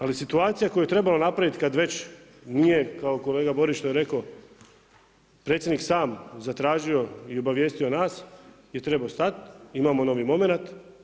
Ali situacija koju je trebalo napraviti kad već nije kao kolega Borić kao što je rekao predsjednik sam zatražio i obavijestio nas je trebao stati, imamo novi momenat.